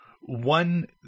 one